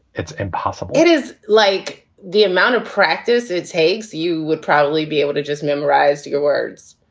it's impossible it is like the amount of practice it takes. you would probably be able to just memorize your words,